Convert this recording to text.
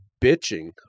bitching